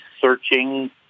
searching